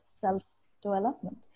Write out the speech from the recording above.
self-development